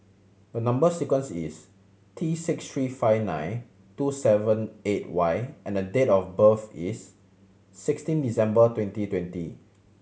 the number sequence is T six three five nine two seven eight Y and date of birth is sixteen December twenty twenty